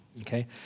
okay